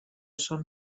són